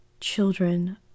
children